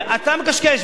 אתה מקשקש,